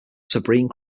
sabine